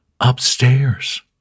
Upstairs